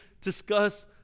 discuss